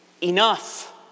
Enough